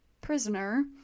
prisoner